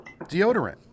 deodorant